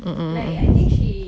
mm mm mm